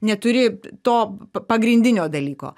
neturi to pagrindinio dalyko